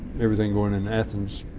everything going in athens,